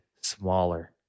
smaller